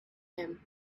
him